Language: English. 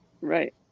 Right